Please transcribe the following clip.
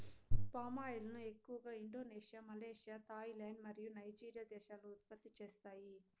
palm oil ను ఎక్కువగా Indonesia, Malaysia, Thailand మరియు నైజీరియా దేశాలు ఉత్పత్తి చేస్తాయి